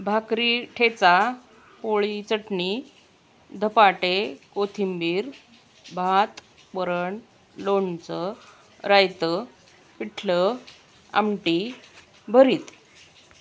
भाकरी ठेचा पोळी चटणी धपाटे कोथिंबीर भात वरण लोणचं रायतं पिठलं आमटी भरीत